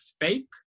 fake